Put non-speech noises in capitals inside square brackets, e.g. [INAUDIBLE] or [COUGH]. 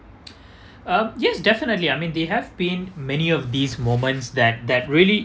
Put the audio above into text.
[NOISE] uh yes definitely I mean they have been many of these moments that that really